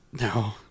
No